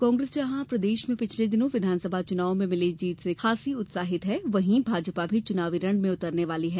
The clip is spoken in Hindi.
कांग्रेस जहां प्रदेश में पिछले दिनों विधानसभा चुनावों में मिली जीत से खासी उत्साहित है वहीं भाजपा भी चुनावी रण में उतरने वाली है